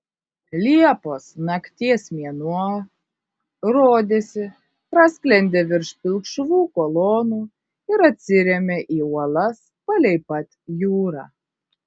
liepos nakties mėnuo rodėsi prasklendė virš pilkšvų kolonų ir atsirėmė į uolas palei pat jūrą